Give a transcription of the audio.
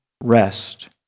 rest